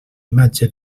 imatge